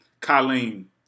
Colleen